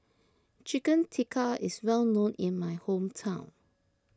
Chicken Tikka is well known in my hometown